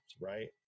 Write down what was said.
right